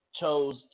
chose